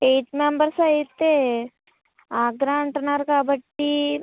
eight members అయితే ఆగ్రా అంటున్నారు కాబట్టి